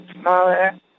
smaller